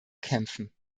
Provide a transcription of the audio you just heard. kämpfen